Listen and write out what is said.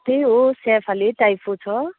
त्यही हो स्याफाले टाइपो छ